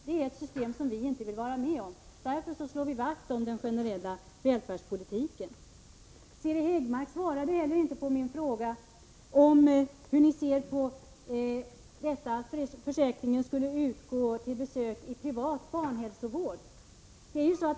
Det är ett system som vi inte vill vara med om. Därför slår vi vakt om den generella välfärdspolitiken. Siri Häggmark svarade inte heller på min fråga om hur ni ser på att försäkringen skulle utgå till besök i privat barnhälsovård.